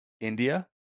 India